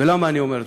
ולמה אני אומר זאת?